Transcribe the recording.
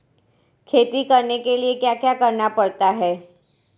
खेती करने के लिए क्या क्या करना पड़ता है?